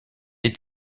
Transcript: est